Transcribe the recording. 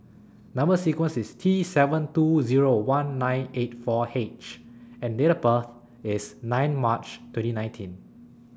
Number sequence IS T seven two Zero one nine eight four H and Date of birth IS nine March twenty nineteen